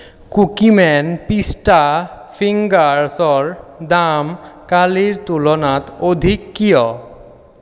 Cookieman পিষ্টা ফিংগাৰছৰ দাম কালিৰ তুলনাত অধিক কিয়